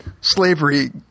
slavery